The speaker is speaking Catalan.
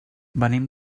venim